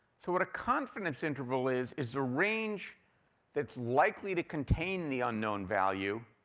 so what a confidence interval is is a range that's likely to contain the unknown value,